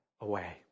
away